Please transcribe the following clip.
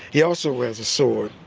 he also has a sword